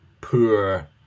poor